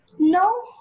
No